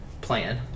plan